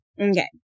Okay